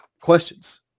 questions